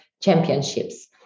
championships